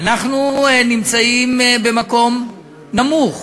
אנחנו נמצאים במקום נמוך